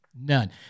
None